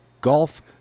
golf